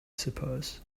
suppose